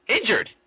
injured